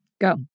Go